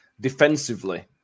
defensively